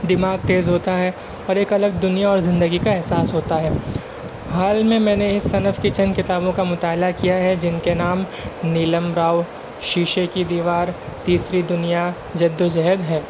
دماغ تیز ہوتا ہے اور ایک الگ دنیا اور زندگی کا احساس ہوتا ہے حال میں میں نے اس صنف کی چند کتابوں کا مطالعہ کیا ہے جن کے نام نیلم راؤ شیشے کی دیوار تیسری دنیا جدوجہد ہے